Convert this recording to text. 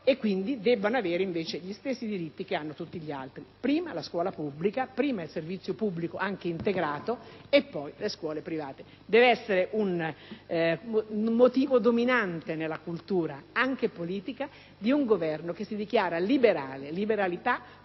quindi avere gli stessi diritti che hanno tutti gli altri: prima la scuola pubblica, prima il servizio pubblico anche integrato, e poi le scuole private. Deve essere questo un motivo dominante nella cultura anche politica di un Governo che si dichiara liberale. Liberalità vuol dire